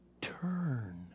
turn